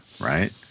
right